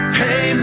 hey